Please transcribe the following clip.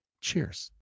Cheers